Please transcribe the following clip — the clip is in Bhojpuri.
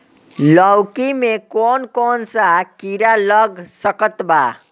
लौकी मे कौन कौन सा कीड़ा लग सकता बा?